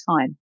time